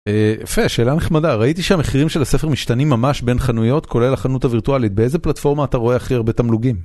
יפה, שאלה נחמדה, ראיתי שהמחירים של הספר משתנים ממש בין חנויות, כולל החנות הווירטואלית, באיזה פלטפורמה אתה רואה הכי הרבה תמלוגים?